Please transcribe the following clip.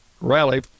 rally